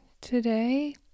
Today